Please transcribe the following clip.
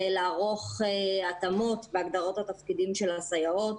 לערוך התאמות בהגדרות התפקידים של הסייעות.